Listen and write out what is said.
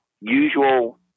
usual